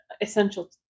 essential